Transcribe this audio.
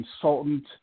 consultant